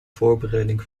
voorbereiding